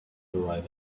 arrive